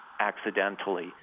accidentally